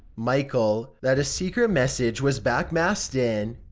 michael, that a secret message was backmasked in.